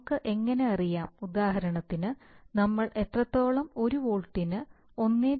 നമുക്ക് എങ്ങനെ അറിയാം ഉദാഹരണത്തിന് നമ്മൾ എത്രത്തോളം 1 വോൾട്ടിന് 1